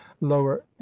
lower